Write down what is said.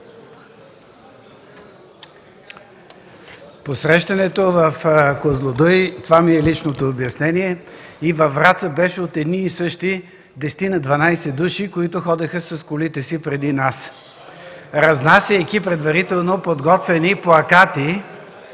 Посрещането в „Козлодуй” – това ми е личното обяснение, и във Враца беше от едни и същи десетина-дванадесет души, които ходеха с колите си преди нас, разнасяйки предварително подготвени плакати